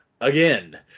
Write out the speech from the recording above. again